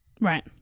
right